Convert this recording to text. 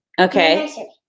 okay